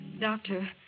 Doctor